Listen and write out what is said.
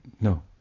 No